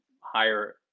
higher